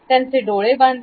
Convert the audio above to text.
त्यांचे डोळे बांधले